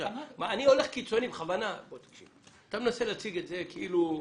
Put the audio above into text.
בכוונה אני אומר את זה קיצוני.